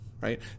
right